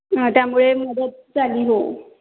त्यामुळे मदत झाली हो